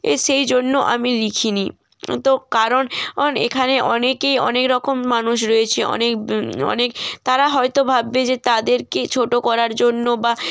এ সেই জন্য আমি লিখিনি তো কারণ অণ এখানে অনেকেই অনেকরকম মানুষ রয়েছে অনেক অনেক তারা হয়তো ভাববে যে তাদেরকে ছোট করার জন্য বা